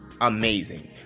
amazing